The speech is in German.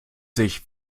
sich